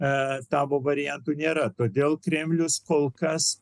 tavo variantų nėra todėl kremlius kol kas